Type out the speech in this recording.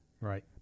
Right